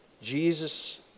Jesus